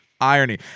Irony